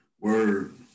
word